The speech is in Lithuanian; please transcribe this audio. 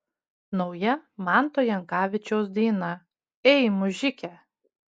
nauja manto jankavičiaus daina ei mužike